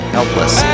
Helpless